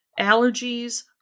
allergies